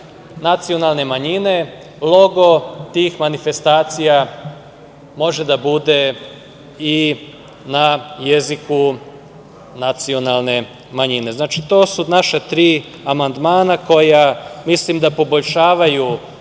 nacionalne manjine, logo tih manifestacija može da bude i na jeziku nacionalne manjine. Znači, to su naša tri amandmana koja poboljšavaju